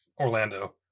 Orlando